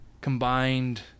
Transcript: combined